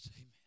amen